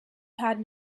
had